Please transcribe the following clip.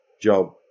job